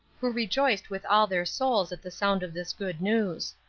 who rejoiced with all their souls at the sound of this good news.